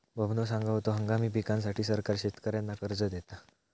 बबनो सांगा होतो, हंगामी पिकांसाठी सरकार शेतकऱ्यांना कर्ज देता